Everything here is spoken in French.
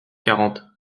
quarante